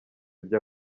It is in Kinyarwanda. ibyo